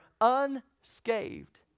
unscathed